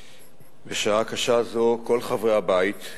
בשעה קשה זו כל חברי הבית,